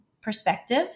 perspective